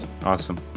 Awesome